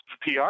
PR